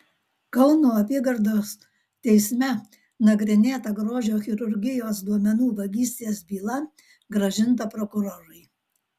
kauno apygardos teisme nagrinėta grožio chirurgijos duomenų vagystės byla grąžinta prokurorui